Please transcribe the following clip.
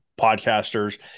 podcasters